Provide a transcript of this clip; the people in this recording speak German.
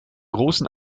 großen